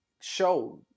show